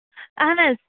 اہن حظ